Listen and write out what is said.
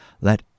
let